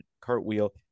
Cartwheel